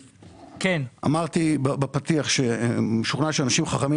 אמרתי בפתיח שאני משוכנע שאנשים חכמים